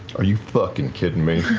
are you fucking kidding me?